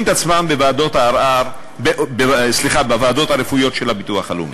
את עצמם בוועדות הרפואיות של הביטוח הלאומי,